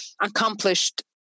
accomplished